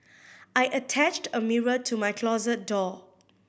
I attached a mirror to my closet door